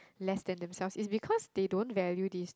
less than themselves is because they don't value these